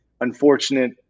unfortunate